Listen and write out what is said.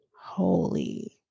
holy